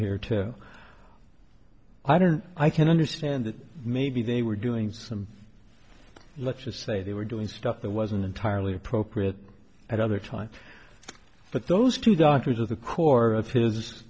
here too i don't i can understand that maybe they were doing some let's just say they were doing stuff that wasn't entirely appropriate at other times but those two doctors are the core